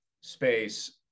space